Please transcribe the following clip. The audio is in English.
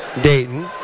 Dayton